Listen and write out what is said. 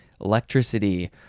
Electricity